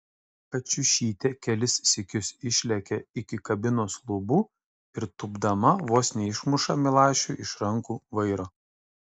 kačiušytė kelis sykius išlekia iki kabinos lubų ir tūpdama vos neišmuša milašiui iš rankų vairo